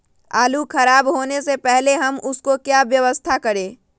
आलू खराब होने से पहले हम उसको क्या व्यवस्था करें?